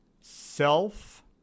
self